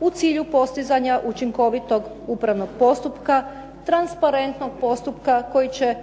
u cilju postizanja učinkovitog upravnog postupka, transparentnog postupka koji će